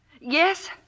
yes